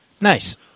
Nice